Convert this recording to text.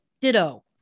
Ditto